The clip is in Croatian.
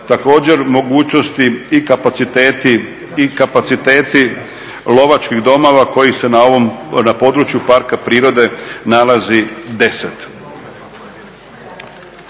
Također mogućnosti i kapaciteti lovačkih domova kojih se na ovom, na području parka prirode nalazi 10.